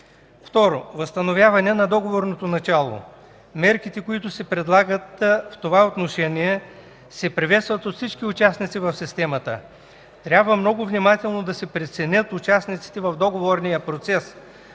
Второ, възстановяване на договорното начало. Мерките, които се предлагат в това отношение, се приветстват от всички участници в системата. Трябва много внимателно да се преценят участниците в договорния процес.